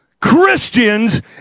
christians